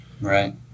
Right